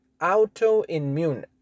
autoimmune